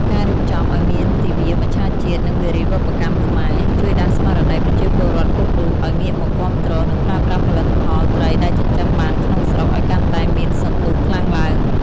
ការរៀបចំឱ្យមានទិវា "មច្ឆជាតិ និងវារីវប្បកម្មខ្មែរ" ជួយដាស់ស្មារតីប្រជាពលរដ្ឋគ្រប់រូបឱ្យងាកមកគាំទ្រ និងប្រើប្រាស់ផលិតផលត្រីដែលចិញ្ចឹមបានក្នុងស្រុកឱ្យកាន់តែមានសន្ទុះខ្លាំងឡើង។